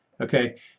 Okay